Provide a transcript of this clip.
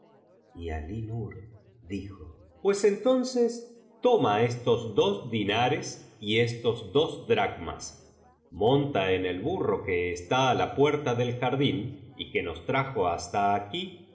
y alí nur dijo pues entonces toma estos dos dinares y estos dos dracmas monta en el burro que está á la puerta del jardín y que nos trajo hasta aquí